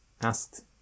asked